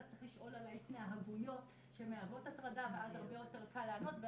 צריך לשאול על ההתנהגויות שמהוות הטרדה ואז הרבה יותר קל לענות.